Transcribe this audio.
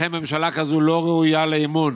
ממשלה כזאת לא ראויה לאמון,